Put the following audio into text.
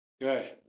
Good